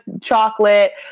chocolate